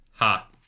Ha